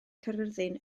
caerfyrddin